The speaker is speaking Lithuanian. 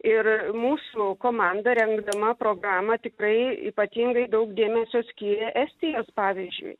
ir mūsų komanda rengdama programą tikrai ypatingai daug dėmesio skyrė estijos pavyzdžiui